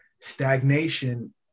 stagnation